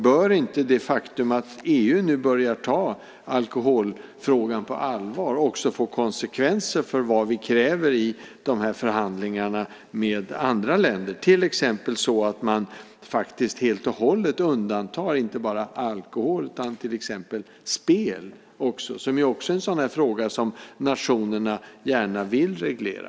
Bör inte det faktum att EU nu börjar ta alkoholfrågan på allvar också få konsekvenser för vad vi kräver i de här förhandlingarna med andra länder, så att man inte bara helt och hållet undantar alkohol utan också till exempel spel? Det är ju också en fråga som nationerna gärna vill reglera.